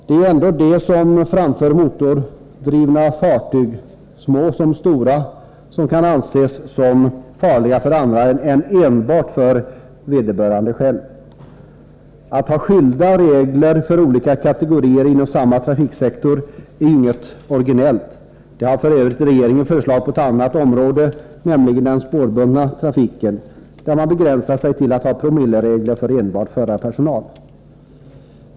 Det är ju ändå de som framför motordrivna fartyg, små som stora, som kan anses som farliga för andra och inte enbart för sig själva. Att ha skilda regler för olika kategorier inom samma trafiksektor är inget originellt. Det har f.ö. regeringen föreslagit på ett annat område, nämligen den spårbundna trafiken, där man begränsar sig till att ha promilleregler för enbart förarpersonal.